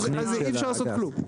אז אי אפשר לעשות כלום.